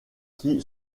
qui